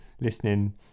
listening